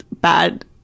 bad